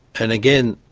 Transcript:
and again,